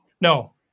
No